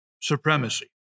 supremacy